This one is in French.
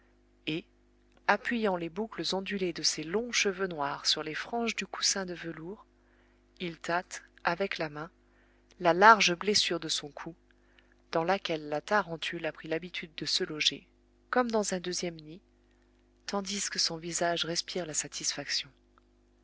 et appuyant les boucles ondulées de ses longs cheveux noirs sur les franges du coussin de velours il tâte avec la main la large blessure de son cou dans laquelle la tarentule a pris l'habitude de se loger comme dans un deuxième nid tandis que son visage respire la satisfaction